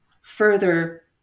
further